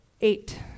Eight